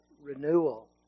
renewal